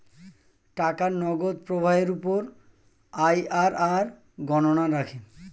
টাকার নগদ প্রবাহের উপর আইআরআর গণনা রাখে